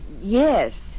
yes